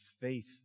faith